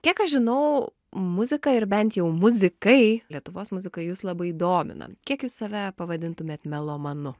kiek aš žinau muzika ir bent jau muzikai lietuvos muzikai jus labai domina kiek jūs save pavadintumėt melomanu